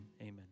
amen